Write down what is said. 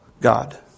God